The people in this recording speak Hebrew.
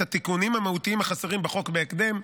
את התיקונים המהותיים החסרים בחוק בהקדם,